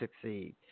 succeed